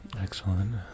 Excellent